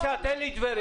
בבקשה, תן לי את טבריה.